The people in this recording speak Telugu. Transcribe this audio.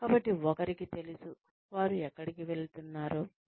కాబట్టి వారు ఎక్కడికి వెళుతున్నారో వారికి తెలుసు